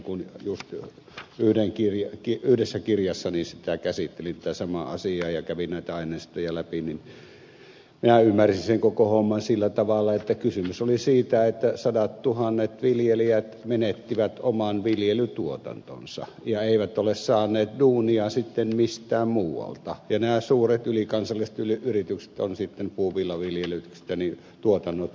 kun juuri yhdessä kirjassani käsittelin tätä samaa asiaa ja kävin näitä aineistoja läpi niin minä ymmärsin sen koko homman sillä tavalla että kysymys oli siitä että sadat tuhannet viljelijät menettivät oman viljelytuotantonsa ja eivät ole saaneet duunia sitten mistään muualta ja nämä suuret ylikansalliset yritykset ovat sitten puuvillaviljelystuotannot jnp